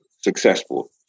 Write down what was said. successful